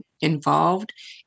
involved